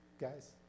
guys